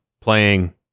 playing